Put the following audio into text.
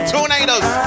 Tornadoes